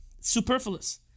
superfluous